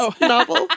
novel